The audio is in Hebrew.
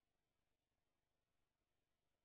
רוצה, שאני אקרא אותך לסדר בפעם